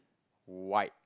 white